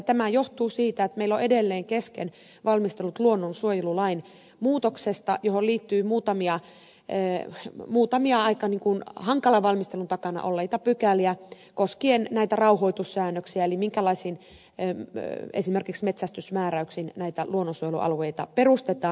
tämä johtuu siitä että meillä on edelleen kesken valmistelut luonnonsuojelulain muutoksesta johon liittyy muutamia aika hankalan valmistelun takana olleita pykäliä koskien rauhoitussäännöksiä eli esimerkiksi minkälaisin metsästysmääräyksin näitä luonnonsuojelualueita perustetaan